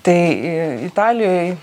tai italijoj